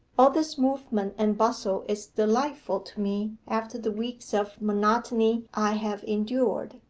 all this movement and bustle is delightful to me after the weeks of monotony i have endured.